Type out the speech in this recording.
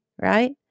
right